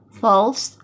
false